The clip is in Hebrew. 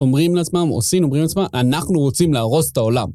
אומרים לעצמם, עושים, אומרים לעצמם, אנחנו רוצים להרוס את העולם.